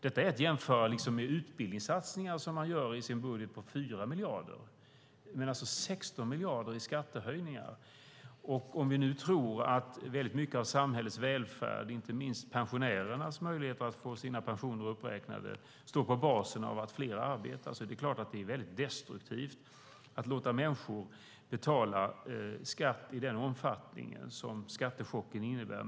Detta är att jämföra med utbildningssatsningar på 4 miljarder i den socialdemokratiska budgeten. Det är fråga om 16 miljarder i skattehöjningar. Om vi tror att mycket av samhällets välfärd, inte minst pensionärernas möjligheter att få sina pensioner uppräknade, står på basen av att fler arbetar är det destruktivt att låta människor betala skatt i den omfattning som den skattechocken innebär.